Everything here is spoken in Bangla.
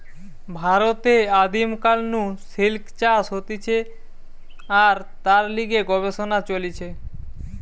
ভারতে আদিম কাল নু সিল্ক চাষ হতিছে আর তার লিগে গবেষণা চলিছে